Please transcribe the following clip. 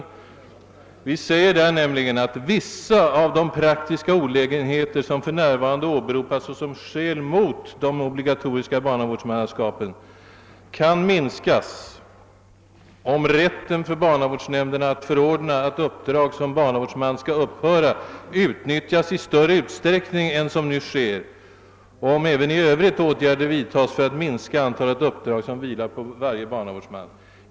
I avvaktan på utredningsresultatet,' betonar utredningen i sitt remissyttrande, kan vissa av de praktiska olägenheter som för närvarande åberopas som skäl mot de obligatoriska barnavårdsmannaskapen minskas, om rätten för barnavårdsnämnderna att förordna att uppdrag som barnavårdsman skall upphöra utnyttjas i större utsträckning än nu sker och om även i övrigt åtgärder vidtas för att minska antalet uppdrag som vilar på varje barnavårdsman.